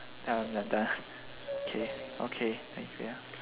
ya we're done k okay thanks ya